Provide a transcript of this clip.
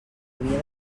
havia